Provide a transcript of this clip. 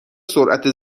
سرعت